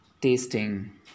tasting